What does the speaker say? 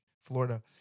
Florida